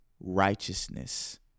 righteousness